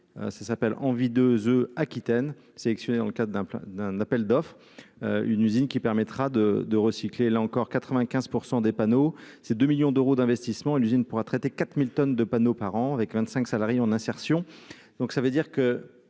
ça s'appelle envie de The Aquitaine sélectionné dans le cadre d'un plan d'un appel d'offres, une usine qui permettra de de recycler, là encore 95 % des panneaux, ces 2 millions d'euros d'investissements, l'usine pourra traiter 4000 tonnes de panneaux par an avec 25 salariés en insertion, donc ça veut dire que